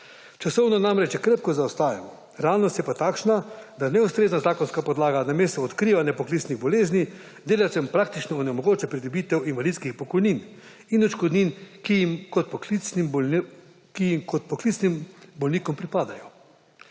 Časovno namreč krepko zaostajamo, realnost je pa takšna, da neustrezna zakonska podlaga namesto odkrivanja poklicnih bolezni delavcem praktično onemogoča pridobitev invalidskih pokojnin in odškodnin, ki jim kot poklicnim bolnikom pripadajo.